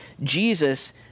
Jesus